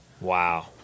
Wow